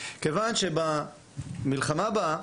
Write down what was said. כיוון שבמלחמה הבאה,